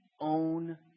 own